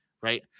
right